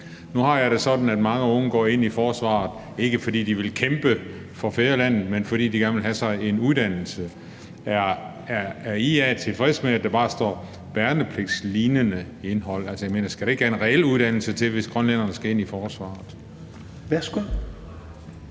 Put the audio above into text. Nu har jeg det sådan, at mange unge går ind i forsvaret, ikke fordi de vil kæmpe for fædrelandet, men fordi de gerne vil have sig en uddannelse. Er IA tilfreds med, at der bare står »værnepligtslignende indhold«? Altså, skal der ikke en reel uddannelse til, hvis grønlænderne skal ind i forsvaret?